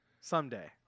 Someday